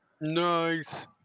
Nice